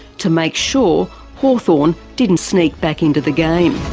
to make sure hawthorn didn't sneak back into the game.